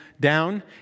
down